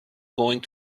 going